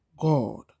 God